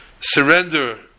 surrender